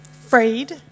freed